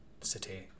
city